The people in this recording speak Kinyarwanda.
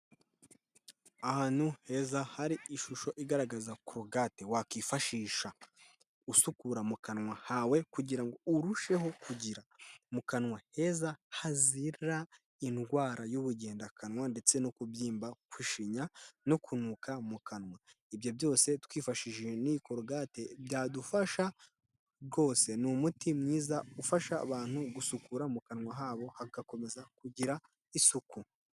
Ahantu heza hari ishusho igaragaza korogate wakwifashisha, usukura mu kanwa hawe kugira ngo urusheho kugira mu kanwa heza, hazira indwara y'ubugendakanwa ndetse no kubyimba kwishinya, no kunuka mu kanwa. Ibyo byose twifashishije n'iyi korogate byadufasha rwose, ni umuti mwiza ufasha abantu gusukura mu kanwa habo, hagakomeza kugira isuku.